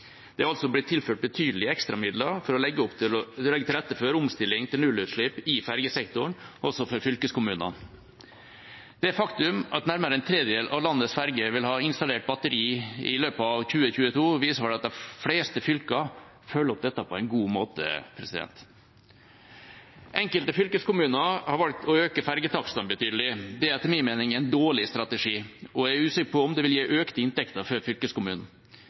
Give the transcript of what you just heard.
Det er altså blitt tilført betydelige ekstramidler for å legge til rette for omstilling til nullutslipp i fergesektoren, også for fylkeskommunene. Det faktum at nærmere en tredjedel av landets ferger vil ha installert batteri i løpet av 2022, viser vel at de fleste fylkene følger opp dette på en god måte. Enkelte fylkeskommuner har valgt å øke fergetakstene betydelig. Det er etter min mening en dårlig strategi, og jeg er usikker på om det vil gi økte inntekter for fylkeskommunen.